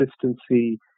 consistency